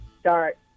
start